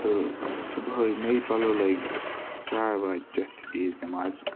تہٕ صُبحٲے نٔے پَلَو لٲگِتھ چاے واے چیٚتھ عیٖز نمازِ گَژھان